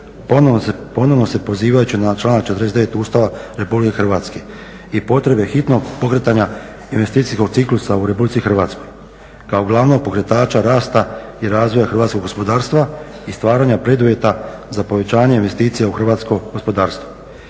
ponovo se pozivajući na članak 49. Ustava RH i potrebe hitnog pokretanja investicijskog ciklusa u RH kao glavnog pokretača rasta i razvoja hrvatskog gospodarstva i stvaranja preduvjeta za povećanje investicija u hrvatsko gospodarstvo